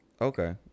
Okay